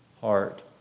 heart